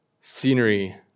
scenery